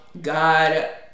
God